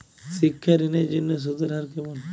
শিক্ষা ঋণ এর জন্য সুদের হার কেমন?